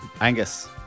Angus